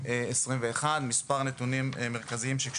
2021. אתחיל במספר נתונים מרכזיים.